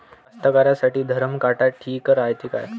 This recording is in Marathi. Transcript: कास्तकाराइसाठी धरम काटा ठीक रायते का?